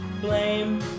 Blame